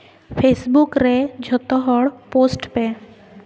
Facebook ᱨᱮ ᱡᱷᱚᱛᱚᱦᱚᱲ post ᱯᱮ